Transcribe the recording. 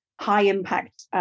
high-impact